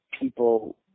people